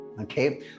okay